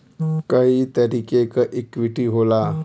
कई तरीके क इक्वीटी होला